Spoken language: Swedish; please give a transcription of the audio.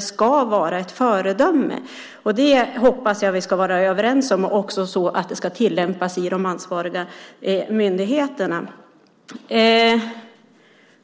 ska vara ett föredöme som arbetsgivare, och det hoppas jag att vi ska vara överens om så att det också tillämpas i de ansvariga myndigheterna.